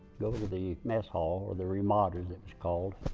go to the mess hall, or the ramada as it was called,